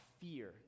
fear